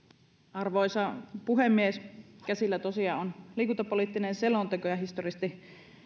arvoisa puhemies käsillä tosiaan on liikuntapoliittinen selonteko ja historiallisesti